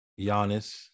Giannis